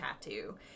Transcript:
tattoo